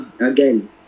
again